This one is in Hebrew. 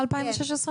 כן.